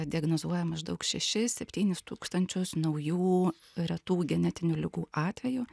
diagnozuojam maždaug šešis septynis tūkstančius naujų retų genetinių ligų atvejų